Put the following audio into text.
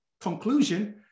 conclusion